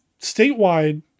statewide